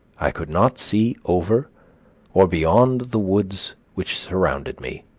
i could not see over or beyond the woods which surrounded me.